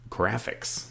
graphics